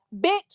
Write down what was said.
Bitch